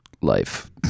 life